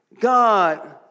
God